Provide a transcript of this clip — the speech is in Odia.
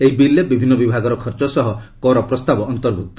ଏହି ବିଲ୍ରେ ବିଭିନ୍ନ ବିଭାଗର ଖର୍ଚ୍ଚ ସହ କର ପ୍ରସ୍ତାବ ଅନ୍ତର୍ଭୁକ୍ତ